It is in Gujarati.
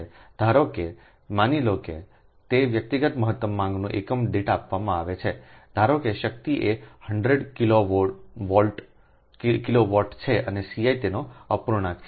ધારો કેમાની લો કે તે વ્યક્તિગત મહત્તમ માંગના એકમ દીઠ આપવામાં આવે છે ધારો કે શક્તિ એ 100 kW છે અને Ci તેનો અપૂર્ણાંક છે